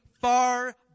far